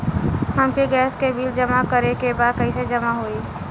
हमके गैस के बिल जमा करे के बा कैसे जमा होई?